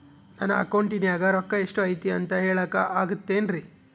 ನನ್ನ ಅಕೌಂಟಿನ್ಯಾಗ ರೊಕ್ಕ ಎಷ್ಟು ಐತಿ ಅಂತ ಹೇಳಕ ಆಗುತ್ತೆನ್ರಿ?